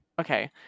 Okay